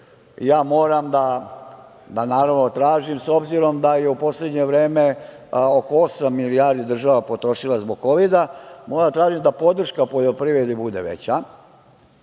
moram da tražim, obzirom da je u poslednje vreme oko osam milijardi država potrošila zbog Kovida, moram da tražim da podrška poljoprivredi bude veća,